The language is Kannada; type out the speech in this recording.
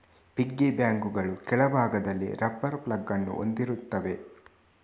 ಪಿಗ್ಗಿ ಬ್ಯಾಂಕುಗಳು ಕೆಳಭಾಗದಲ್ಲಿ ರಬ್ಬರ್ ಪ್ಲಗ್ ಅನ್ನು ಹೊಂದಿರುತ್ತವೆ